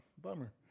Bummer